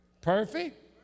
perfect